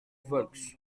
volx